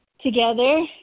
together